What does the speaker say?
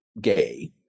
gay